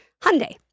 Hyundai